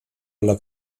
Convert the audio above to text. alla